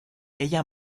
ella